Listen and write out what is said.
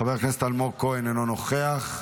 חבר הכנסת אלמוג כהן, אינו נוכח.